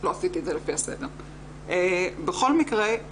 בכל מקרה,